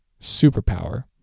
superpower